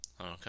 Okay